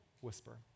whisper